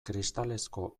kristalezko